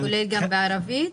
כולל בערבית?